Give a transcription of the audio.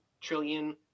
trillion